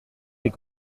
des